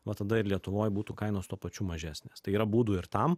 va tada ir lietuvoj būtų kainos tuo pačiu mažesnės tai yra būdų ir tam